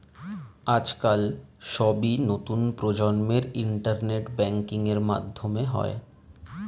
আজকাল সবই নতুন প্রজন্মের ইন্টারনেট ব্যাঙ্কিং এর মাধ্যমে হয়